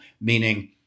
meaning